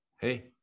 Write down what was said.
hey